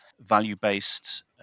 value-based